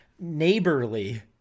neighborly